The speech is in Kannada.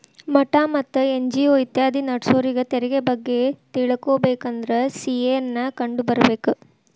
ಮಠಾ ಮತ್ತ ಎನ್.ಜಿ.ಒ ಇತ್ಯಾದಿ ನಡ್ಸೋರಿಗೆ ತೆರಿಗೆ ಬಗ್ಗೆ ತಿಳಕೊಬೇಕಂದ್ರ ಸಿ.ಎ ನ್ನ ಕಂಡು ಬರ್ಬೇಕ